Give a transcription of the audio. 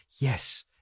Yes